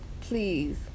Please